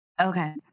Okay